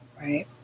right